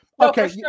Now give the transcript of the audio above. okay